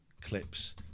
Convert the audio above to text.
clips